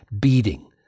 beating